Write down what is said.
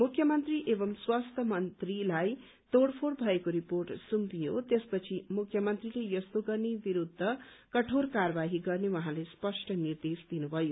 मुख्यमन्त्री एवं स्वास्थ्य मन्त्रीलाई तोड़फोड़ भएको रिपोर्ट सुम्पियो त्यस पछि मुख्यमन्त्रीले यस्तो गर्ने विरूद्ध कठोर कार्यवाही गर्न उहाँले स्पष्ट निर्देश दिनुभयो